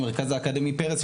המרכז האקדמי פרס,